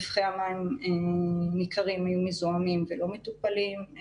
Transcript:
נפחי מים ניכרים הם מזוהמים ולא מטופלים,